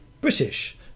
British